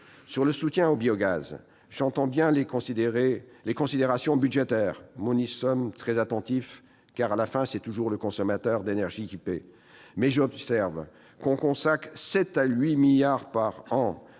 Sur le soutien au biogaz, j'entends bien les considérations budgétaires ; nous y sommes très attentifs, car c'est toujours le consommateur d'énergie qui paie à la fin. Mais j'observe qu'on consacre 7 milliards à 8